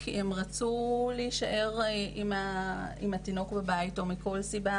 כי הן רצו להישאר עם התינוק בבית או מכל סיבה